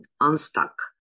unstuck